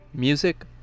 Music